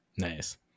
Nice